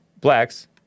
blacks